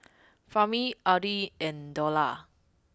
Fahmi Adi and Dollah